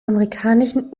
amerikanischen